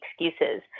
excuses